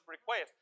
request